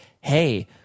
Hey